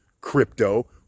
crypto